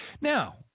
Now